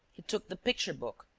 he took the picture-book,